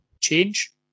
change